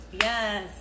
Yes